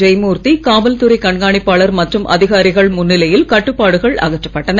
ஜெயமூர்த்தி காவல்துறை கண்காணிப்பாளர் மற்றும் அதிகாரிகள் முன்னிலையில் கட்டுப்பாடுகள் அகற்றப்பட்டன